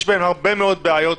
יש בהן הרבה מאו בעיות,